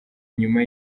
nyuma